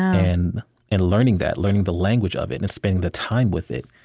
and and learning that, learning the language of it, and spending the time with it,